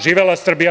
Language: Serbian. Živela Srbija.